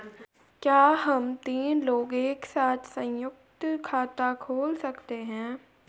क्या हम तीन लोग एक साथ सयुंक्त खाता खोल सकते हैं?